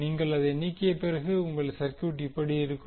நீங்கள் அதை நீக்கிய பிறகு உங்களுடைய சர்க்யூட் இப்படி இருக்கும்